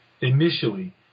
initially